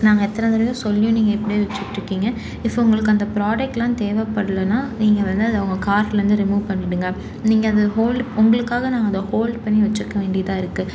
நாங்கள் எத்தனை தடவை சொல்லியும் நீங்கள் இப்படியே வச்சுட்டுருக்கிங்க இப்போ உங்களுக்கு அந்த ப்ராடெக்ட்லாம் தேவப்படலைனா நீங்கள் வந்து அதை உங்கள் கார்ட்லேருந்து ரிமூவ் பண்ணிவிடுங்க நீங்கள் அது ஹோல்ட் உங்களுக்காக நாங்கள் அதை ஹோல்ட் பண்ணி வச்சிருக்க வேண்டியதாக இருக்குது